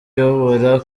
uyobora